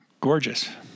Gorgeous